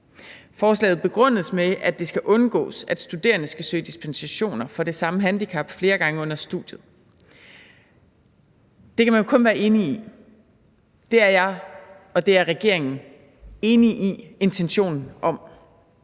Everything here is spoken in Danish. Forslaget begrundes med, at det skal undgås, at studerende skal søge dispensationer for det samme handicap flere gange under studiet. Det kan man jo kun være enig i. Det er jeg og regeringen enige i intentionen om,